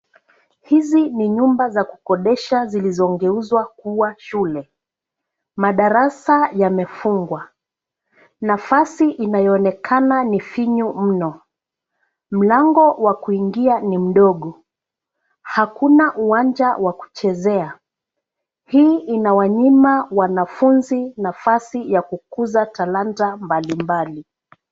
Hizi ni nyumba za kukodesha zilizogeuzwa kuwa shule. Madarasa yamefungwa. Nafasi inayoonekana ni finyu mno. Mlango wa kuingia ni mdogo. Hakuna uwanja wa kuchezea, hii inawanyima wanafunzi nafasi ya kukuza talanta mbali mbali.